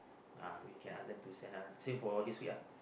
Uh you can ask them to send down same for all these week ah